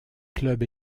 clubs